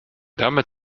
damit